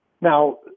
Now